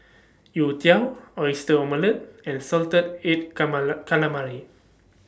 Youtiao Oyster Omelette and Salted Egg Calamari